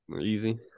easy